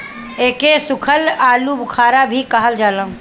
एके सुखल आलूबुखारा भी कहल जाला